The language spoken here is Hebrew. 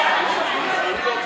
בצלאל, אני לא רוצה,